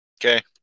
Okay